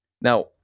Now